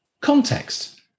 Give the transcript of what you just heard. context